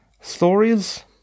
stories